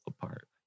apart